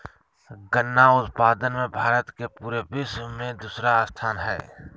गन्ना उत्पादन मे भारत के पूरे विश्व मे दूसरा स्थान हय